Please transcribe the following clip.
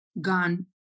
gun